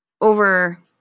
over